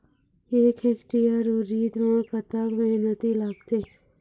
एक हेक्टेयर उरीद म कतक मेहनती लागथे?